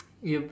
yup